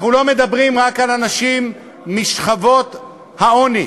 אנחנו לא מדברים רק על אנשים משכבות העוני.